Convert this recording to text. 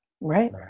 Right